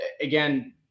Again